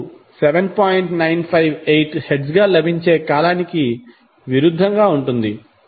958 hertz లభించే కాలానికి విరుద్ధంగా ఉంటుంది